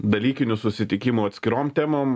dalykinių susitikimų atskirom temom